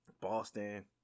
Boston